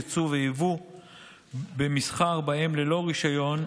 יצוא ויבוא במסחר בהם ללא רישיון,